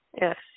Yes